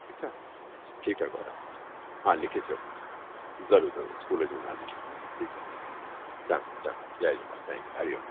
ठीकु आहे ठीकु आहे गौरव हा लिखी ॾियो ज़रूरु ज़रूरु स्कूल जे नाले सां ठीकु आहे ठीकु आहे जा जा जय झूलेलाल थैन्क हरिओम